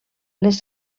les